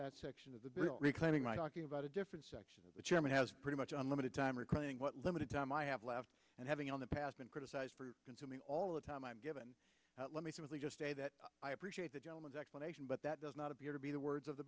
that section of the bill reclaiming my talking about a different section chairman has pretty much on limited time reclaiming what limited time i have left and having on the past been criticized consuming all the time i've given let me just say that i appreciate the gentleman's explanation but that does not appear to be the words of the